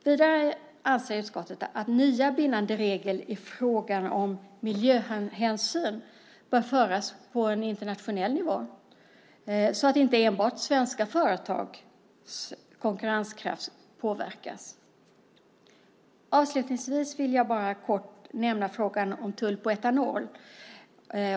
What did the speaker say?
Vidare anser utskottet att nya bindande regler i frågan om miljöhänsyn bör föras på en internationell nivå så att inte enbart svenska företags konkurrenskraft påverkas. Avslutningsvis vill jag bara kort nämna frågan om tull på etanol.